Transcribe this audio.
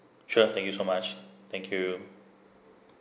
sure thank you so much thank you